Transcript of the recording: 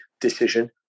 decision